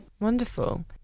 Wonderful